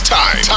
time